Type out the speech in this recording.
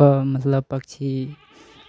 पर मतलब पक्षी